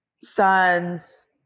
sons